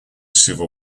civil